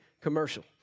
commercial